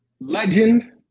legend